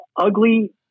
ugly